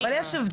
אבל יש הבדל,